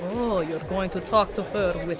oh you're going to talk to her with